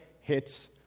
hits